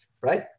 right